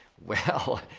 well,